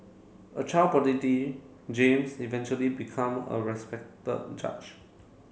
a child James eventually become a respected judge